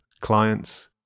clients